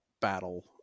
battle